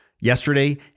yesterday